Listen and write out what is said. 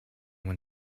when